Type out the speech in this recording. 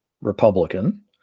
Republican